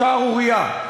שערורייה.